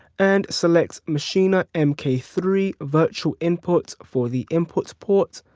and select maschine m k three virtual input for the input port.